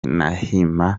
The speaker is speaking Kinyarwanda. nahimana